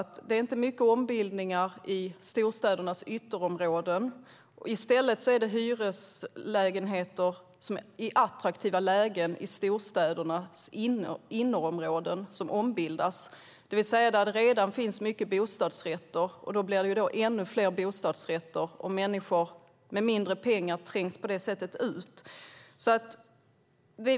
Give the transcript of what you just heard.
Det sker inte många ombildningar i storstädernas ytterområden, utan i stället är det hyreslägenheter med attraktiva lägen i storstädernas innerområden som ombildas, det vill säga där det redan finns mycket bostadsrätter. Det blir alltså ännu fler bostadsrätter, och människor med mindre pengar trängs på det sättet ut.